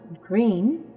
green